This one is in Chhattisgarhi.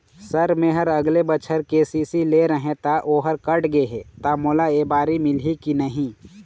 सर मेहर अगले बछर के.सी.सी लेहे रहें ता ओहर कट गे हे ता मोला एबारी मिलही की नहीं?